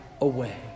away